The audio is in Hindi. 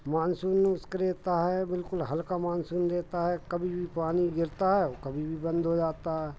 मानसून उसका रहता है बिल्कुल हल्का मानसून रहता है कभी भी पानी गिरता है कभी भी बंद हो जाता है